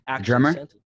drummer